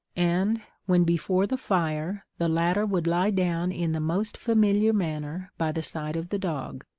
and when before the fire the latter would lie down in the most familiar manner by the side of the dog.